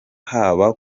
haba